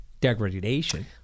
degradation